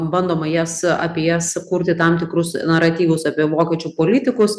bandoma jas apie jas sukurti tam tikrus naratyvus apie vokiečių politikus